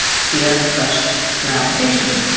cf push your application.